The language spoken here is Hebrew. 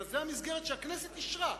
אלא זו המסגרת שהכנסת אישרה,